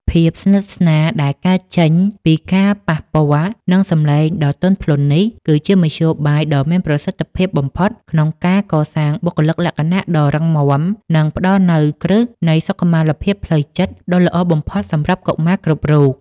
ភាពស្និទ្ធស្នាលដែលកើតចេញពីការប៉ះពាល់ និងសំឡេងដ៏ទន់ភ្លន់នេះ គឺជាមធ្យោបាយដ៏មានប្រសិទ្ធភាពបំផុតក្នុងការកសាងបុគ្គលិកលក្ខណៈដ៏រឹងមាំ និងផ្ដល់នូវគ្រឹះនៃសុខុមាលភាពផ្លូវចិត្តដ៏ល្អបំផុតសម្រាប់កុមារគ្រប់រូប។